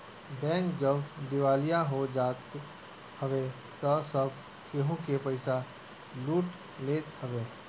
bank जब दिवालिया हो जात हवे तअ सब केहू के पईसा लूट लेत हवे